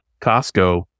Costco